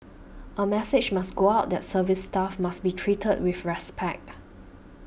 a message must go out that service staff must be treated with respect